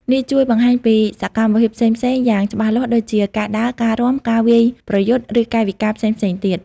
នេះជួយបង្ហាញពីសកម្មភាពផ្សេងៗយ៉ាងច្បាស់លាស់ ដូចជា ការដើរ ការរាំ ការវាយប្រយុទ្ធ ឬកាយវិការផ្សេងៗទៀត។